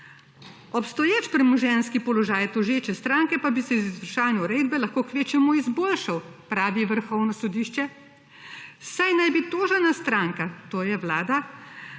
Obstoječ premoženjski položaj tožeče stranke pa bi se iz izvršilne uredbe lahko kvečjemu izboljšal, pravi Vrhovno sodišče, saj naj bi tožena stranka, to je vlada,